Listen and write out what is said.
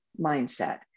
mindset